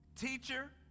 Teacher